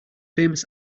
famous